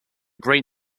great